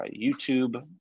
YouTube